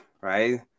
right